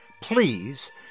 please